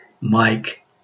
Mike